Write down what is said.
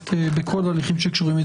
סליחה.